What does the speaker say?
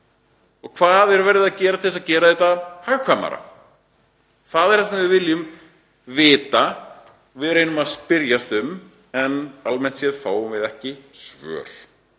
og hvað verið er að gera til að gera þetta hagkvæmara. Það er það sem við viljum vita. Við reynum að spyrjast fyrir en almennt séð fáum við ekki svör.